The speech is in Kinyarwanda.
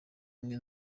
umwe